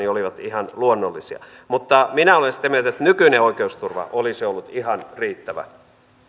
olivat ihan luonnollisia mutta minä olen sitä mieltä että nykyinen oikeusturva olisi ollut ihan riittävä